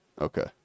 okay